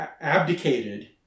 abdicated